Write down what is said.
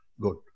good